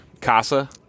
Casa